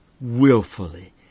willfully